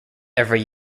every